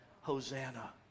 Hosanna